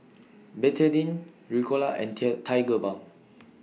Betadine Ricola and Tear Tigerbalm